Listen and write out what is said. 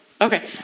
Okay